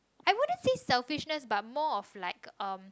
I wouldn't say selfishness but more of like um